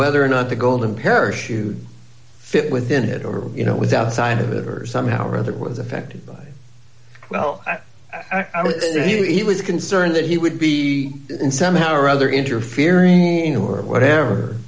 whether or not the golden parachute fit within it over you know without a sign of it or somehow or other was affected by well i mean he was concerned that he would be in somehow or other interfering ina or whatever